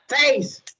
FACE